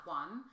one